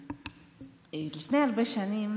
לפני הרבה שנים